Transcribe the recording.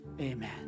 Amen